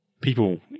people